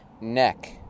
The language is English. Neck